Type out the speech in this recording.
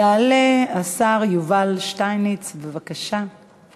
יעלה השר יובל שטייניץ, בבקשה.